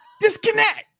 disconnect